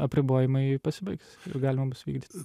apribojimai pasibaigs ir galima bus vykdyt